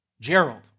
Gerald